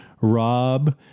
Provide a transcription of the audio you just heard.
Rob